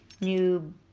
new